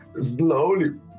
slowly